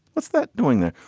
what's that doing there?